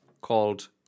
called